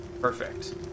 perfect